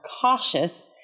cautious